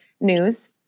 news